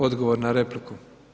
Odgovor na repliku.